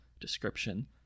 description